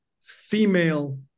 female